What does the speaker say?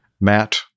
Matt